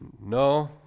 No